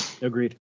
Agreed